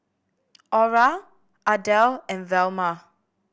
Aura Ardelle and Velma